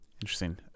Interesting